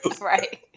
Right